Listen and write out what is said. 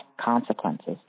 consequences